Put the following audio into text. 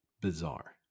bizarre